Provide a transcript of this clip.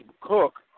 Cook